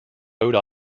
rhode